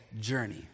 journey